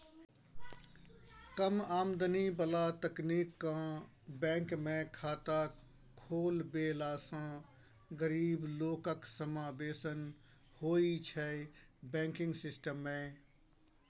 कम आमदनी बला बेकतीकेँ बैंकमे खाता खोलबेलासँ गरीब लोकक समाबेशन होइ छै बैंकिंग सिस्टम मे